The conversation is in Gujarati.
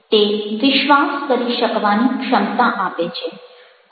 તે વિશ્વાસ કરી શકવાની ક્ષમતા આપે છે